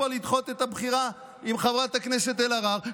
לדחות את הבחירה עם חברת הכנסת אלהרר,